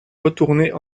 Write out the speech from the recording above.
retourner